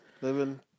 living